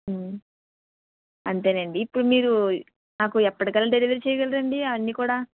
అంతేనండీ ఇప్పుడు మీరు నాకు ఎప్పటికల్లా డెలివర్ చేయగలరండీ అవన్నీ కూడా